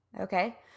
okay